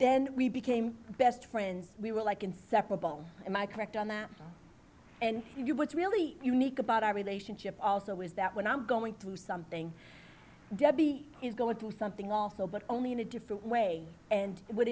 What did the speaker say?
then we became best friends we were like inseparable and i correct on that and you what's really unique about our relationship also is that when i'm going through something debbie is going through something awful but only in a different way and what